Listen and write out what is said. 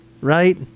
right